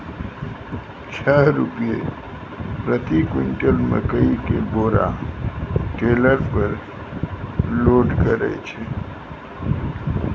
छह रु प्रति क्विंटल मकई के बोरा टेलर पे लोड करे छैय?